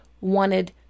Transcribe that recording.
wanted